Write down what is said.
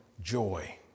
joy